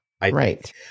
right